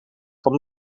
van